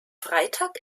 freitag